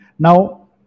Now